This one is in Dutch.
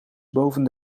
boven